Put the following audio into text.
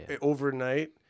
overnight